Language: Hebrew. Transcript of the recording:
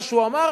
מה שהוא אמר,